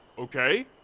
ok?